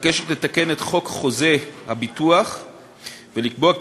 מבקשת לתקן את חוק חוזה הביטוח ולקבוע כי